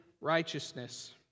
righteousness